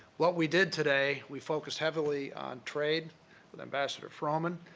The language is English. what we did today, we focused heavily on trade with ambassador frohman.